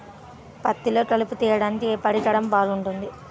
పత్తిలో కలుపు తీయడానికి ఏ పరికరం బాగుంటుంది?